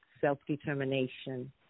self-determination